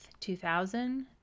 2000